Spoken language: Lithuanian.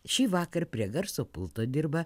šįvakar prie garso pulto dirba